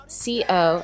co